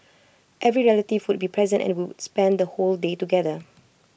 every relative would be present and we would spend the whole day together